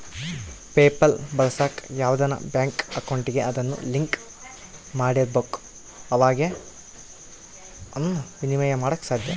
PayPal ಬಳಸಾಕ ಯಾವ್ದನ bank ಅಕೌಂಟಿಗೆ ಅದುನ್ನ ಲಿಂಕ್ ಮಾಡಿರ್ಬಕು ಅವಾಗೆ ಃನ ವಿನಿಮಯ ಮಾಡಾಕ ಸಾದ್ಯ